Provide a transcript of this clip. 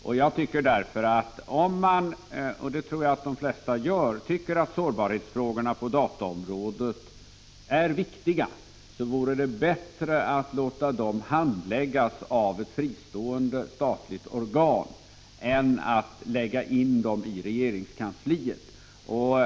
Om man tycker att sårbarhetsfrågorna på dataområdet är viktiga — och det tror jag att de flesta gör-— vore det bättre att låta dem handläggas av ett fristående statligt organ än att lägga in dem i regeringskansliet.